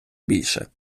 більше